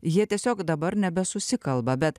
jie tiesiog dabar nebesusikalba bet